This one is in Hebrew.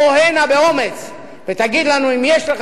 בוא הנה באומץ ותגיד לנו אם יש לך